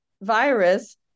virus